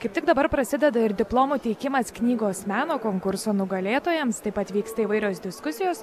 kaip tik dabar prasideda ir diplomų teikimas knygos meno konkurso nugalėtojams taip pat vyksta įvairios diskusijos